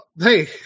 hey